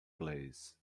plays